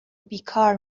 بیکار